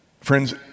Friends